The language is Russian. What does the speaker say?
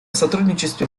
сотрудничестве